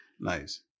Nice